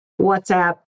WhatsApp